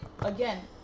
again